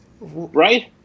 Right